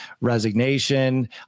resignation